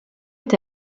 est